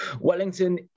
Wellington